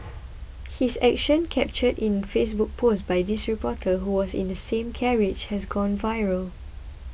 his action captured in Facebook post by this reporter who was in the same carriage has gone viral